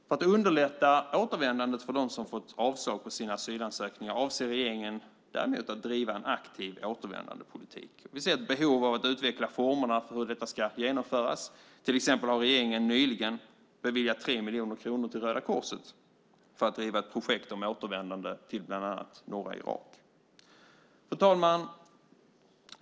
För att underlätta återvändandet för dem som har fått avslag på sina asylansökningar avser regeringen däremot att driva en aktiv återvändandepolitik. Vi ser ett behov av att utveckla formerna för hur detta ska genomföras. Till exempel har regeringen nyligen beviljat 3 miljoner kronor till Röda Korset för att driva ett projekt om återvändande till bland annat norra Irak. Fru talman!